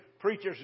Preachers